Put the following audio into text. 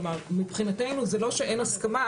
כלומר, מבחינתנו זה לא שאין הסכמה.